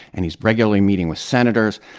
and he's regularly meeting with senators.